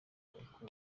uko